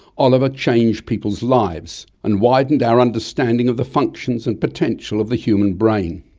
oliver changed people's lives and widened our understanding of the functions and potential of the human brain.